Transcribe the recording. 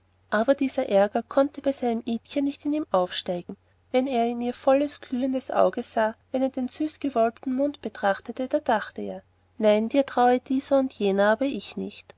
aber dieser ärger konnte bei seinem idchen nicht in ihm aufsteigen wenn er in ihr volles glühendes auge sah wenn er den süßgewölbten mund betrachtete da dachte er nein dir traue dieser und jener aber ich nicht